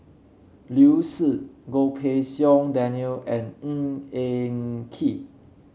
Liu Si Goh Pei Siong Daniel and Ng Eng Kee